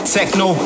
Techno